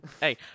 Hey